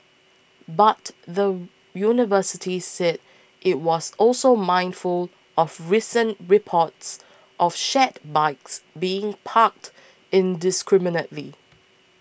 but the university said it was also mindful of recent reports of shared bikes being parked indiscriminately